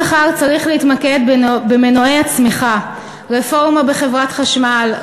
ממחר צריך להתמקד במנועי הצמיחה: רפורמה בחברת חשמל,